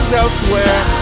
elsewhere